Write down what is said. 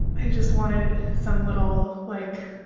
i just wanted some little like.